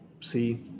see